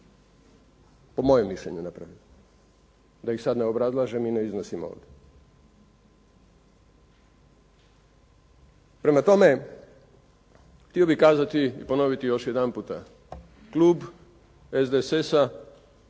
po mojem mišljenju napravili. Da ih sad ne obrazlažem i ne iznosim ovdje. Prema tome, htio bih kazati i ponoviti još jedanputa. Klub SDSS-a